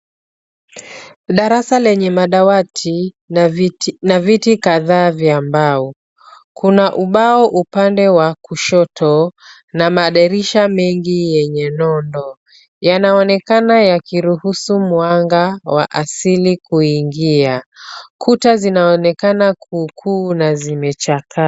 Darasa lenye madawati na viti kadhaa vya mbao. Kuna ubao upande wa kushoto na madirisha mengi yenye nondo. Yanaonekana yakiruhusu mwanga wa asili kuingia. Kuta zinaonekana kuukuu na zimechaka.